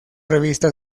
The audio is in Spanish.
revista